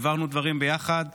העברנו דברים ביחד,